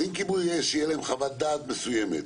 אז אם לכיבוי אש תהיה חוות דעת מסוימת,